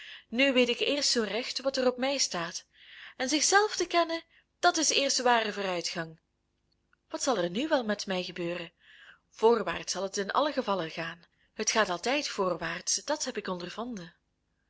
nu weet ik eerst zoo recht wat er op mij staat en zich zelf te kennen dat is eerst de ware vooruitgang wat zal er nu wel met mij gebeuren voorwaarts zal het in allen gevalle gaan het gaat altijd voorwaarts dat heb ik ondervonden